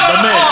לא נכון.